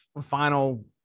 final